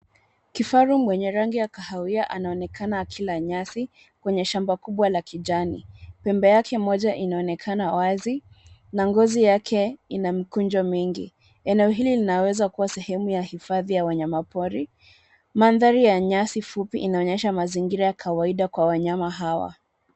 Kifaru mwenye rangi ya kahawia anaonekana akila nyasi kwenye shamba kubwa ya kijani. Pembe yake moja inaonekana wazi, na ngozi yake ina mikunjo mingi. Eneo hili linaweza kuwa sehemu ya hifadhi ya yanyamapori. Mandhari ya nyasi fupi inaonyesha mazingira ya kawaida kwa wanyama hawa.